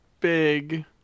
big